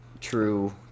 True